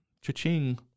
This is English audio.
cha-ching